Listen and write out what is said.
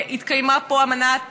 הייתה פה אמנת